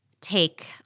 take